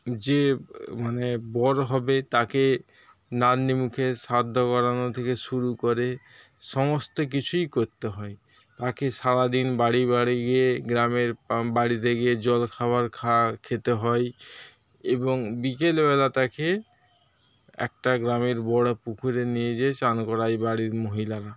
যে মানে বর হবে তাকে নান্নিমুখের শ্রাদ্ধ করানো থেকে শুরু করে সমস্ত কিছুই করতে হয় তাকে সারাদিন বাড়ি বাড়ি গিয়ে গ্রামের বাড়িতে গিয়ে জলখাবার খেতে হয় এবং বিকেলবেলা তাকে একটা গ্রামের বড়ো পুকুরে নিয়ে গিয়ে চান করায় বাড়ির মহিলারা